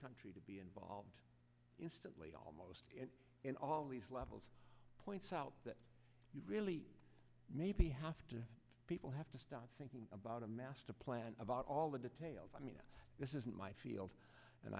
country to be involved instantly almost in all these levels points out that you really maybe have to people have to start thinking about a master plan about all the details i mean this isn't my field and